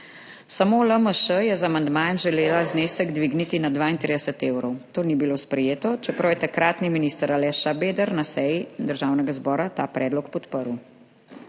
Samo LMŠ je z amandmajem želela znesek dvigniti na 32 evrov. To ni bilo sprejeto, čeprav je takratni minister Aleš Šabeder na seji Državnega zbora ta predlog podprl.